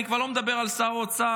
אני כבר לא מדבר על שר האוצר,